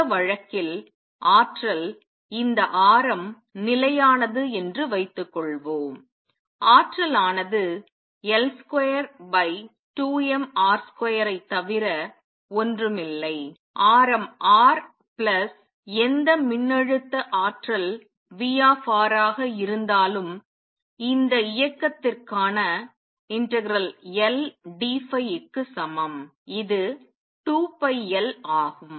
இந்த வழக்கில் ஆற்றல் இந்த ஆரம் நிலையானது என்று வைத்துக்கொள்வோம் ஆற்றல் ஆனது L22mR2 வைத் தவிர ஒன்றுமில்லை ஆரம் R பிளஸ் எந்த மின்னழுத்த ஆற்றல் V ஆக இருந்தாலும் இந்த இயக்கத்திற்கான ∫Ldϕ க்கு சமம் இது 2πL ஆகும்